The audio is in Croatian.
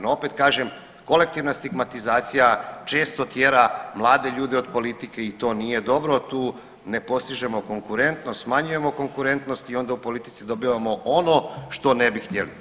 No, opet kažem kolektivna stigmatizacija često tjera mlade ljude od politike i to nije dobro, tu ne postižemo konkurentnost, smanjujemo konkurentnost i onda u politici dobivamo ono što ne bi htjeli.